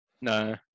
No